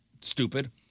stupid